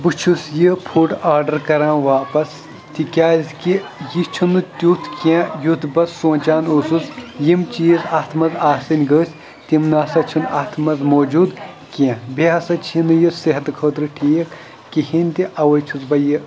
بہٕ چھُس یہِ فُڈ آرڈر کَران واپَس تِکیٛازِکہِ یہِ چھُنہٕ تیُتھ کیٚنٛہہ یُتھ بَہ سونٛچان اوسُس یِم چیٖز اَتھ منٛز آسٕنۍ گٔژھۍ تِم نَسا چھِنہٕ اَتھ منٛز موٗجوٗد کیٚنٛہہ بیٚیہِ ہَسا چھِنہٕ یہِ صحتہٕ خٲطرٕ ٹھیٖک کِہیٖنۍ تہِ اَوَے چھُس بہٕ یہِ